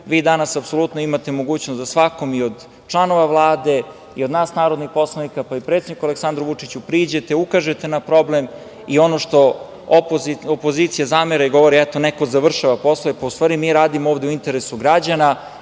vi danas apsolutno imate mogućnost da svakom i od članova Vlade i od nas narodnih poslanika, pa i predsedniku Aleksandru Vučiću priđete, ukažete na problem i ono što opozicija zamere i govore, eto, neko završava posao, pa u stvari mi radimo ovde u interesu građana